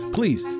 Please